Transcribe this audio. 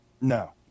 No